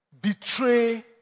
betray